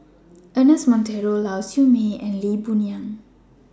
Ernest Monteiro Lau Siew Mei and Lee Boon Yang